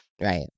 Right